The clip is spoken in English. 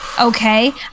Okay